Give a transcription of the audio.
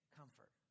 comfort